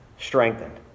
strengthened